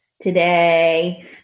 Today